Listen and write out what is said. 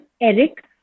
Eric